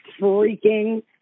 freaking